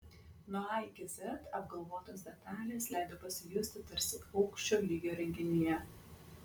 nuo a iki z apgalvotos detalės leido pasijusti tarsi aukščio lygio renginyje